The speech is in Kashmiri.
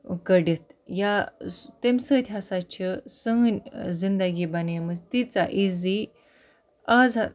کٔڑِتھ یا تَمہِ سۭتۍ ہَسا چھِ سٲنۍ زِندگی بَنیمٕژ تیٖژاہ ایٖزی آزہ